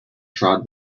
trod